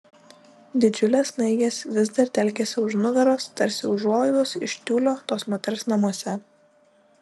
didžiulės snaigės vis dar telkėsi už nugaros tarsi užuolaidos iš tiulio tos moters namuose